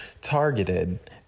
targeted